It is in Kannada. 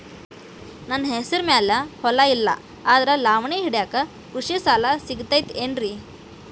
ನನ್ನ ಹೆಸರು ಮ್ಯಾಲೆ ಹೊಲಾ ಇಲ್ಲ ಆದ್ರ ಲಾವಣಿ ಹಿಡಿಯಾಕ್ ಕೃಷಿ ಸಾಲಾ ಸಿಗತೈತಿ ಏನ್ರಿ?